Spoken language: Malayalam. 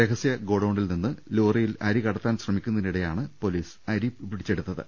രഹസ്യ ഗോഡൌ ണിൽനിന്ന് ലോറിയിൽ അരി കടത്താൻ ശ്രമിക്കുന്നതി നിടെയാണ് പൊലീസ് അരി പിടിച്ചെടുത്തത്